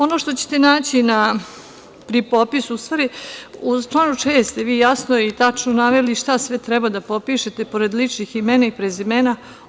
Ono što ćete naći pri popisu, u stvari u članu 6. ste vi jasno i tačno naveli šta sve treba da popišete pored ličnih imena i prezimena.